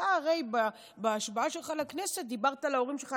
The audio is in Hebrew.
אתה הרי בהשבעה שלך לכנסת דיברת על ההורים שלך,